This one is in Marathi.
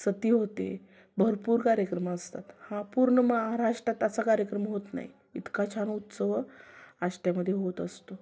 सती होते भरपूर कार्यक्रम असतात हा पूर्ण महाराष्ट्रात असा कार्यक्रम होत नाही इतका छान उत्सव आष्ट्यामध्ये होत असतो